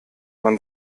man